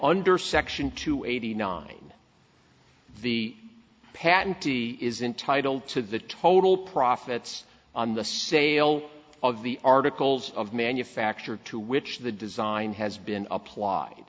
under section two eighty nine the patentee is entitled to the total profits on the sale of the articles of manufacture to which the design has been applied